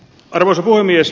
arvoisa puhemies